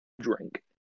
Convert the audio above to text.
drink